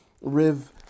Riv